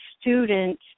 student